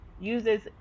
uses